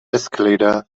escalator